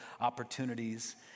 opportunities